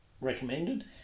recommended